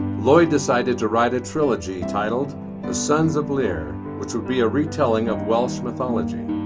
lloyd decided to write a trilogy titled the sons of lear which would be a retelling of welsh mythology